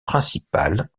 principale